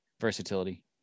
Versatility